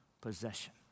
possession